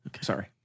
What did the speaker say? sorry